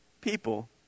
people